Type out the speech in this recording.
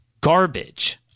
garbage